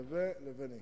לביני.